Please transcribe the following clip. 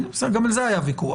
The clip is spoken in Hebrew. גם על זה היה ויכוח.